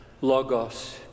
logos